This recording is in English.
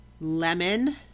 lemon